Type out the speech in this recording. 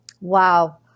Wow